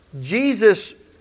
Jesus